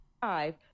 five